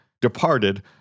departed